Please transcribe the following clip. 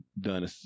done